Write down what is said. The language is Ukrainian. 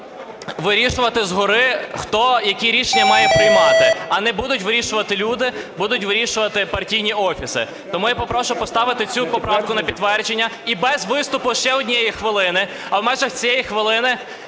вирішувати згори, хто які рішення має приймати, а не будуть вирішувати люди, будуть вирішувати партійні офіси. Тому я попрошу поставити цю поправку на підтвердження і без виступу ще однієї хвилини, а в межах цієї хвилини